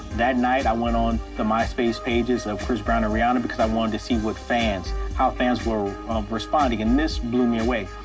that night, i went on the myspace pages of chris brown and rihanna because i wanted to see what fans how fans were responding. and this blew me away,